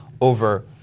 over